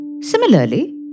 Similarly